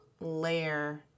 layer